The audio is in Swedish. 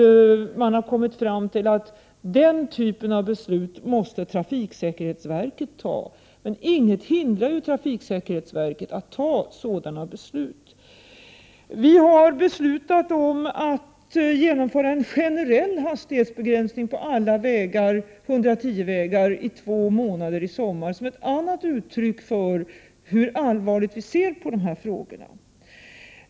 Men man har kommit fram till att endast trafiksäkerhetsverket har rätt att fatta beslut i denna typ av frågor. Ingenting hindrar dock trafiksäkerhetsverket från att fatta sådana beslut. Vi har beslutat att genomföra en generell hastighetsbegränsning på alla 110-vägar i två månader i sommar. Detta kan ses som ett annat uttryck för hur allvarligt vi ser på dessa frågor.